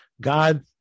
God